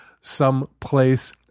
someplace